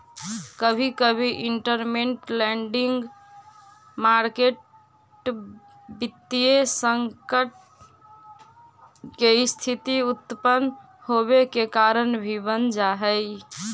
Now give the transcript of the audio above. कभी कभी इंटरमेंट लैंडिंग मार्केट वित्तीय संकट के स्थिति उत्पन होवे के कारण भी बन जा हई